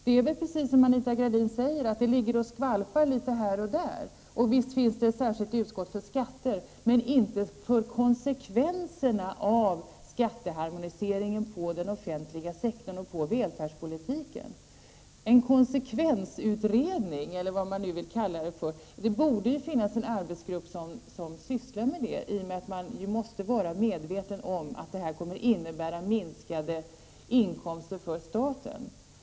Det är väl precis som Anita Gradin säger, att de ligger och skvalpar litet här och där. Visst finns det ett särskilt utskott för skatter men inte för konsekvenserna av skatteharmoniseringen för den offentliga sektorn och för välfärdspolitiken. Det borde finnas en arbetsgrupp som sysslar med att göra en konsekvensutredning eller vad man nu vill kalla det. Man måste ju vara medveten om att harmoniseringen kommer att innebära minskade inkomster för staten.